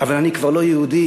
'אבל אני כבר לא יהודי,